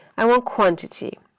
i want quantity.